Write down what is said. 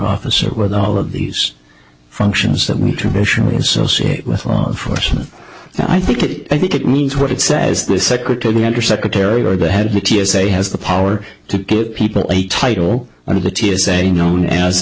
officer with all of these functions that we traditionally associate with law enforcement i think it i think it means what it says the secretary undersecretary or the head of the t s a has the power to get people a title one of the t s a known as